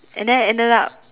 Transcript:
and then ended up